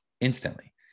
instantly